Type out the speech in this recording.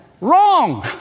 Wrong